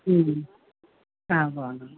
బాగున్నాను